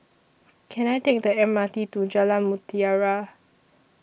Can I Take The M R T to Jalan Mutiara